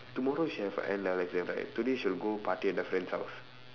tomorrow she have her N level exam right today she will go party at the friend's house